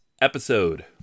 episode